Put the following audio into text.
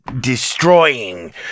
destroying